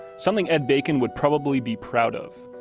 something ed bacon would probably be proud of.